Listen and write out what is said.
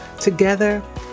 Together